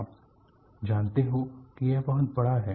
आप जानते हो कि यह बहुत बड़ा है